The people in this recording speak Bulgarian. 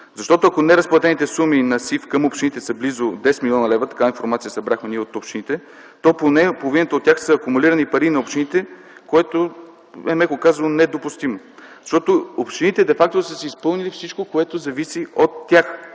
Защото ако неразплатените суми на СИФ към общините са близо 10 млн. лв., такава информация събрахме от общините, то поне половината от тях са акумулирани пари на общините, което е, меко казано, недопустимо. Общините де факто са си изпълнили всичко, което зависи от тях